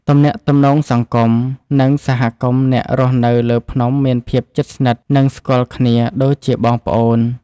ទំនាក់ទំនងសង្គម និងសហគមន៍អ្នករស់នៅលើភ្នំមានភាពជិតស្និទ្ធ និងស្គាល់គ្នាដូចជាបងប្អូន។